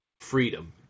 freedom